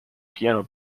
piano